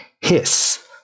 hiss